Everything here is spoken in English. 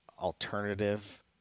alternative